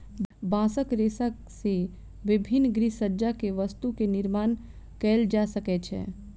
बांसक रेशा से विभिन्न गृहसज्जा के वस्तु के निर्माण कएल जा सकै छै